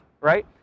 right